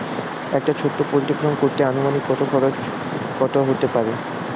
একটা ছোটো poultry farm করতে আনুমানিক কত খরচ কত হতে পারে?